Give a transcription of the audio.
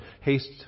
haste